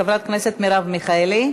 חברת הכנסת מרב מיכאלי,